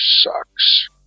sucks